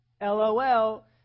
LOL